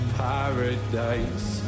paradise